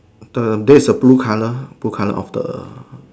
the there is a blue color blue color of the